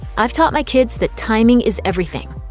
i've taught my kids that timing is everything.